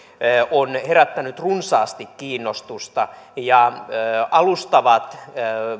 on herättänyt runsaasti kiinnostusta ja alustavat